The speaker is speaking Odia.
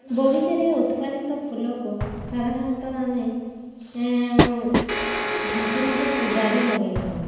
ବଗିଚାରେ ଉତ୍ପାଦିତ ଫୁଲକୁ ସାଧାରଣତଃ ଆମେ ଠାକୁରଙ୍କ ପୂଜାରେ ଲଗାଇଥାଉ